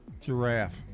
Giraffe